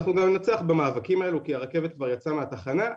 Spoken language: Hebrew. ואנחנו גם ננצח במאבקים האלה כי הרכבת כבר יצאה מהתחנה.